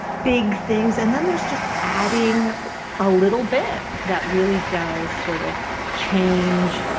big things, and then there's just adding ah little bit that really does sort of change